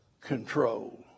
control